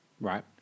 Right